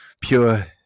pure